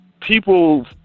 people